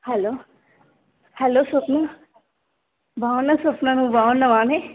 hello hello Swapna బాగున్న స్వప్న నువ్వు బాగున్నావానే